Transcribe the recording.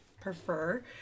prefer